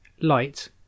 light